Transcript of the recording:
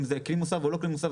אם זה כלי מוסב או לא כלי מוסב,